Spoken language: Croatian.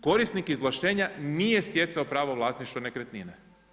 Korisnik izvlaštenja nije stjecao pravo vlasništva nekretnine.